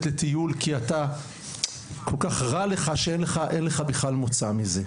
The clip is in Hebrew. לטיול כי כל כך רע לך שאין לך מוצא מזה.